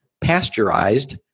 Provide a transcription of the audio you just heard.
pasteurized